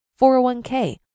401k